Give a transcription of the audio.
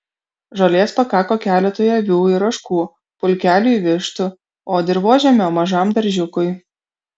žolės pakako keletui avių ir ožkų pulkeliui vištų o dirvožemio mažam daržiukui